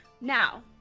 Now